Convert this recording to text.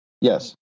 Yes